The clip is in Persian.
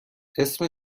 اسم